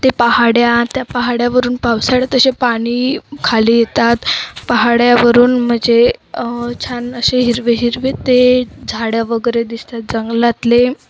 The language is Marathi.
ते पहाड्या त्या पहाडावरून पावसाळ्यात असे पाणी खाली येतात पहाडावरून म्हणजे छान असे हिरवे हिरवे ते झाडं वगैरे दिसतात जंगलातले